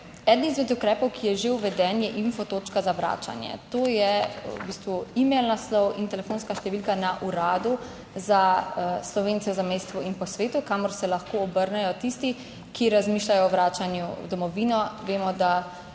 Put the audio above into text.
eden izmed ukrepov, ki je že uveden, je info točka za vračanje, to je v bistvu imel naslov in telefonska številka na Uradu za Slovence v zamejstvu in po svetu, kamor se lahko obrnejo tisti, ki razmišljajo o vračanju v domovino. Vemo, da